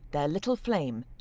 their little flame,